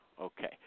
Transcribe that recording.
Okay